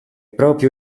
proprio